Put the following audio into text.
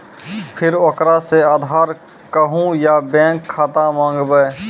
फिर ओकरा से आधार कद्दू या बैंक खाता माँगबै?